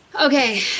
Okay